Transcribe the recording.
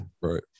right